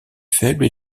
faibles